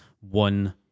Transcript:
one